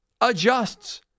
Adjusts